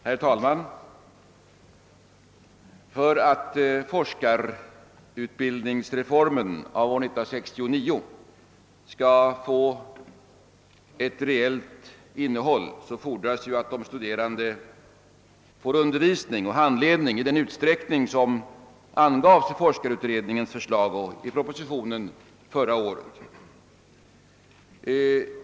Herr talman! För att forskarutbildningsreformen av år 1969 skall få ett reellt innehåll fordras att de studerande får undervisning och handledning i den utsträckning som angavs i forskarutredningens förslag och i propositionen förra året.